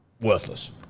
Worthless